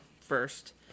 first